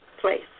place